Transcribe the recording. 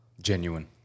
Genuine